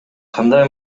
кандай